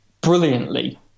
brilliantly